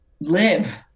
live